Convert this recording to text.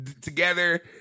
together